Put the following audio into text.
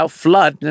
flood